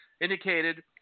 indicated